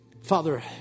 Father